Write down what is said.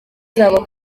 zabo